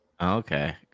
okay